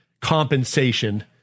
compensation